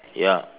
ya